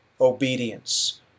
obedience